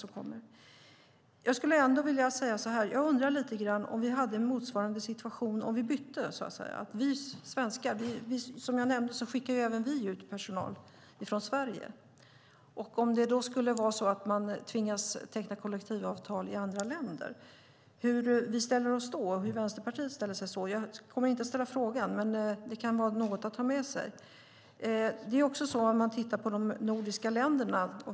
Man kan fundera på hur det skulle vara om vi hade en motsvarande situation och om vi så att säga bytte - som jag nämnde skickar även vi svenskar ut personal från Sverige - och hur vi skulle ställa oss och hur Vänsterpartiet skulle ställa sig till om man tvingades teckna kollektivavtal i andra länder. Jag kommer inte att ställa frågan. Men det kan vara något att ta med sig. Vi kan titta på de nordiska länderna.